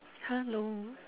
hello